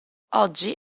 oggi